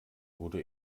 wurde